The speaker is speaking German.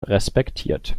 respektiert